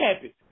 happy